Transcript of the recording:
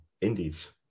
indies